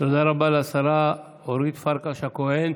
תודה רבה לשרה אורית פרקש הכהן.